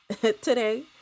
today